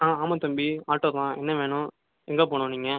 ஆ ஆமாம் தம்பி ஆட்டோ தான் என்ன வேணும் எங்கே போகணும் நீங்கள்